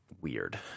weird